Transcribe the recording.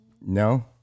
No